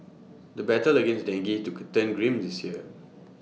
the battle against dengue to could turn grim this year